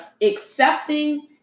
accepting